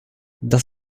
das